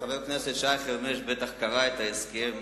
גם חבר הכנסת שי חרמש בטח קרא את ההסכם,